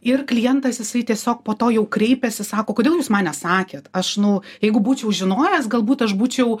ir klientas jisai tiesiog po to jau kreipėsi sako kodėl jūs man nesakėt aš nu jeigu būčiau žinojęs galbūt aš būčiau